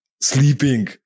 sleeping